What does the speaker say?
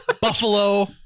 buffalo